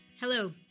Hello